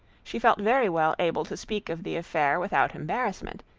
she felt very well able to speak of the affair without embarrassment,